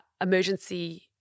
emergency